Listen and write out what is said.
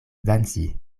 danci